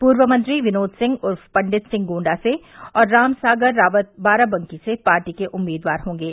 पूर्व मंत्री विनोद सिंह उर्फ पंडित सिंह गोंडा से और रामसागर रावत बाराबंकी से पार्टी के उम्मीदवार होंगे